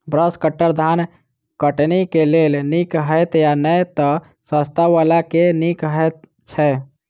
Brush cutter धान कटनी केँ लेल नीक हएत या नै तऽ सस्ता वला केँ नीक हय छै?